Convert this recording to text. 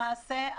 למעשה,